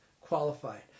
qualified